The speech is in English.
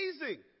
amazing